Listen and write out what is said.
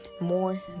more